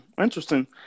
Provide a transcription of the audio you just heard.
Interesting